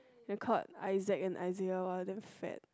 they're called Isaac and Iziel ah damn fat